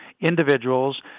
individuals